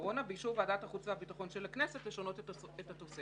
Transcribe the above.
קורונה באישור ועדת החוץ והביטחון של הכנסת לשנות את התוספת.